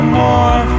more